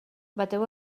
bateu